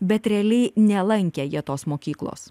bet realiai nelankė jie tos mokyklos